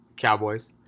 Cowboys